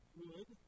wood